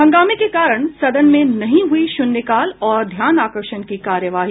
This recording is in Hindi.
हंगामे के कारण सदन में नहीं हुई शून्यकाल और ध्यानाकर्षण की कार्यवाही